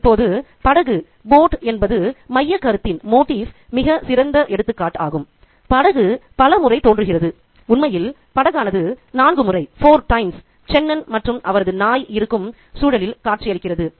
இப்போது படகு என்பது மையக்கருத்தின் மிகச் சிறந்த எடுத்துக்காட்டாகும் படகு பல முறை தோன்றுகிறது உண்மையில் படகானது நான்கு முறை சென்னன் மற்றும் அவரது நாய் இருக்கும் சூழலில் காட்சியளிக்கிறது